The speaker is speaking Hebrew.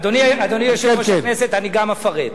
אדוני, יושב-ראש הכנסת, אני גם אפרט.